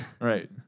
Right